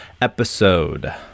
episode